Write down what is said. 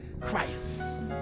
Christ